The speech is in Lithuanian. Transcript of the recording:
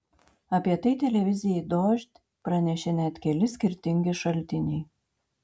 apie tai televizijai dožd pranešė net keli skirtingi šaltiniai